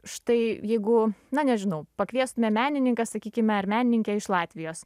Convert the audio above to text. štai jeigu na nežinau pakviestume menininką sakykime ar menininkę iš latvijos